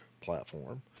platform